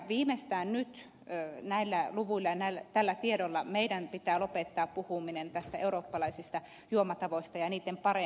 viimeistään nyt näillä luvuilla ja tällä tiedolla meidän pitää lopettaa puhuminen eurooppalaisista juomatavoista ja niiden paremmuudesta